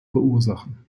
verursachen